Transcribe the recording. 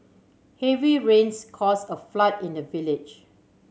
heavy rains cause a flood in the village